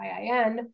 iin